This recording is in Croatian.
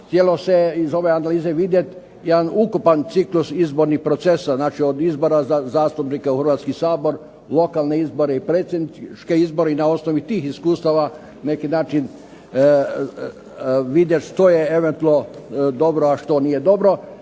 htjelo se iz ove analize vidjeti jedan ukupan ciklus izbornih procesa, znači od izbora za zastupnike u Hrvatski sabor, lokalne izbore i predsjedničke izbore, i na osnovu tih iskustava na neki način vidjeti što je eventualno dobro a što nije dobro,